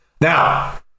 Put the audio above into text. Now